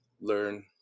learn